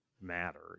matter